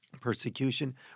persecution